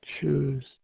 choose